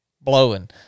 blowing